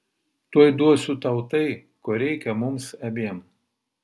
tuoj duosiu tau tai ko reikia mums abiem